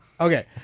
Okay